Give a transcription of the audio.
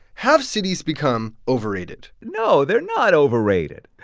have cities become overrated? no, they're not overrated.